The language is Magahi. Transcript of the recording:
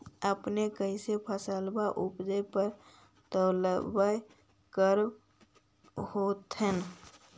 अपने कैसे फसलबा उपजे पर तौलबा करबा होत्थिन?